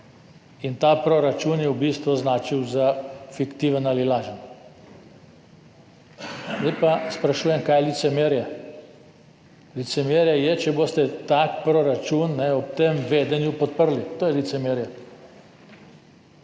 In ta proračun je v bistvu označil za fiktiven ali lažen. Zdaj pa sprašujem, kaj je licemerje. Licemerje je, če boste tak proračun ob tem vedenju podprli. To je licemerje.